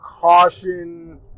caution